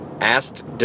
asked